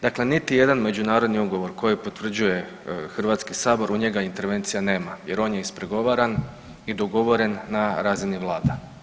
Dakle, niti jedan međunarodni ugovor koji potvrđuje Hrvatski sabor u njega intervencija nema jer on je ispregovaran i dogovoren na razini vlada.